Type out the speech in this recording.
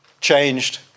changed